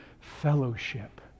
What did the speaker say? fellowship